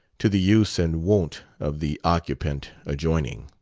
to the use and wont of the occupant adjoining.